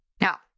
Now